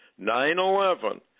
9-11